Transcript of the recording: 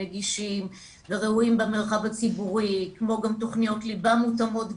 נגישים וראויים במרחב הציבורי כמו גם תכניות ליבה מותאמות גיל,